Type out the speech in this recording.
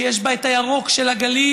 שיש בה את הירוק של הגליל,